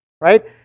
Right